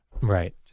Right